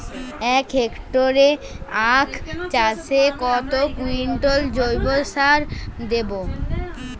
এক হেক্টরে আখ চাষে কত কুইন্টাল জৈবসার দেবো?